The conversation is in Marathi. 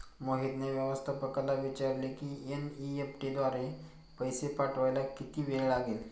मोहितने व्यवस्थापकाला विचारले की एन.ई.एफ.टी द्वारे पैसे पाठवायला किती वेळ लागेल